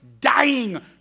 dying